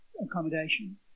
accommodation